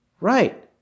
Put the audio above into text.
Right